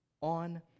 on